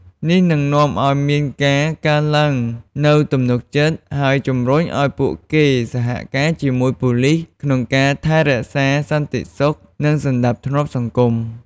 នេះនឹងនាំឱ្យមានការកើនឡើងនូវទំនុកចិត្ត ហើយជំរុញឱ្យពួកគេសហការជាមួយប៉ូលិសក្នុងការថែរក្សាសន្តិសុខ និងសណ្ដាប់ធ្នាប់សង្គម។